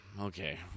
Okay